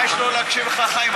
מה יש לו להקשיב לך, חיים?